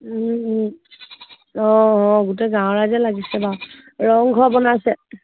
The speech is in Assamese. অঁ অঁ গোটেই গাঁৱৰ ৰাইজে লাগিছে বাৰু ৰংঘৰ বনাইছে